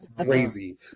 crazy